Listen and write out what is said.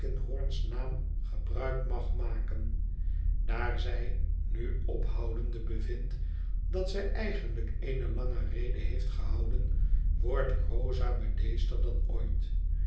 naam gebruik mag maken daar zij nu ophoudende bevindt dat zij eigenlijk eene lange rede heeft gehouden wordt rosa bedeesder dan ooit